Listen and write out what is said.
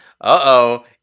uh-oh